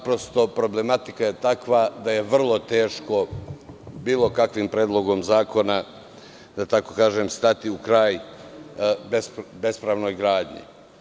Problematika je takva da je vrlo teško bilo kakvim predlogom zakona, da tako kažem, stati u kraj bespravnoj gradnji.